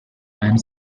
and